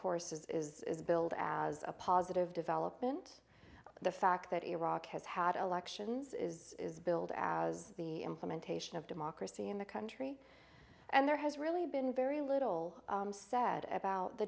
course is billed as a positive development the fact that iraq has had elections is billed as the implementation of democracy in the country and there has really been very little said about the